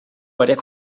varias